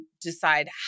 decide